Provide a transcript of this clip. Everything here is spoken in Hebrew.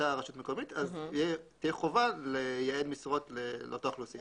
באותה רשות מקומית אז תהיה חובה לייעד משרות לאותה אוכלוסייה.